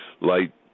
light